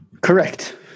Correct